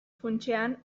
funtsean